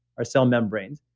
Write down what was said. our cell membranes,